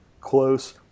close